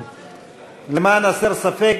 למען הסר ספק,